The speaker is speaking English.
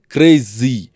Crazy